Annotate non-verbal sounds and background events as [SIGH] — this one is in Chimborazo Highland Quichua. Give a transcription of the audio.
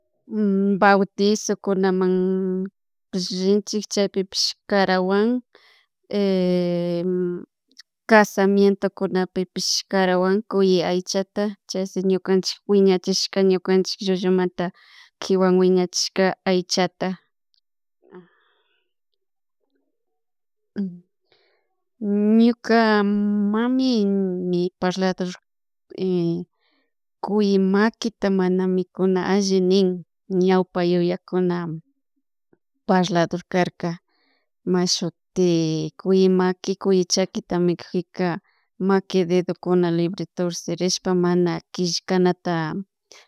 [HESITATION] bautizokunaman llinchik chaypipish karawan [HESITATION] casamiento kunan pipish karawan kuy aychata chay ñukanchik puñiachishka ñukanchik llullumanta kiwanwiña chishka aychata [HESITATION] ñuka mamimi parlador [HESITATION] kuy makita mana mikuna allinin ñawpa yayakuna parlador karka mashutik kuy maki kuy chakita mikuika maki dedokuna libre torsirishpa mana kishkanata